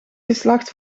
geslacht